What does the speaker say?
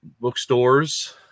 bookstores